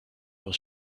was